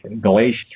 Galatians